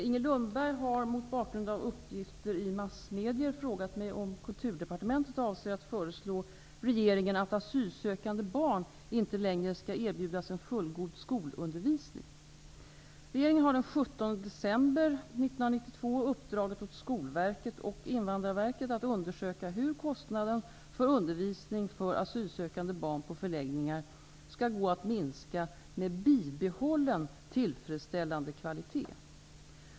Inger Lundberg har mot bakgrund av uppgifter i massmedier frågat mig om Regeringen har den 17 december 1992 uppdragit åt Skolverket och Invandrarverket att undersöka hur kostnaden för undervisningen för asylsökande barn på förläggningar skall gå att minska med bibehållen tillfredsställande kvalitet.